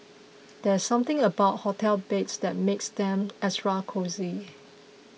there's something about hotel beds that makes them extra cosy